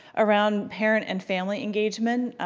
around parent and family engagement,